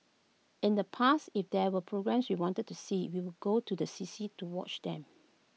in the past if there were programmes we wanted to see we would go to the C C to watch them